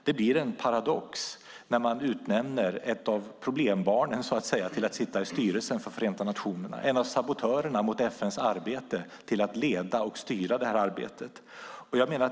Det blir en paradox när man utnämner ett av problembarnen till att sitta i styrelsen för Förenta nationerna, utnämner en av sabotörerna mot FN:s arbete till att leda och styra arbetet.